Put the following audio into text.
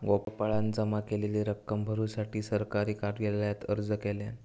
गोपाळान जमा केलेली रक्कम भरुसाठी सरकारी कार्यालयात अर्ज केल्यान